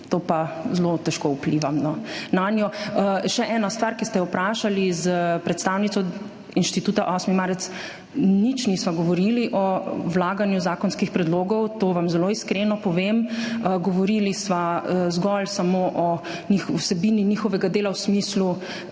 to pa zelo težko vplivam nanjo. Še ena stvar, ki ste jo vprašali. S predstavnico Inštituta 8. marec nisva nič govorili o vlaganju zakonskih predlogov. To vam zelo iskreno povem. Govorili sva zgolj samo o vsebini njihovega dela v smislu